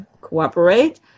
cooperate